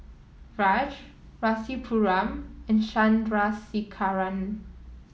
Raj Rasipuram and Chandrasekaran